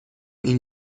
این